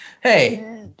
Hey